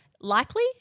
Likely